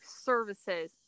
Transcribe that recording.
services